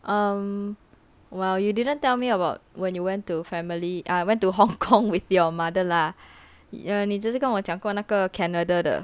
um well you didn't tell me about when you went to family ah went to hong-kong with your mother lah ya 你只是跟我讲过那个 canada 的